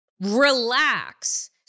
relax